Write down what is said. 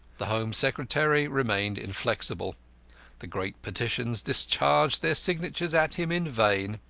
the home secretary remained inflexible the great petitions discharged their signatures at him in vain.